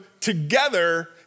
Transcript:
together